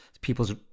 people's